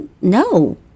No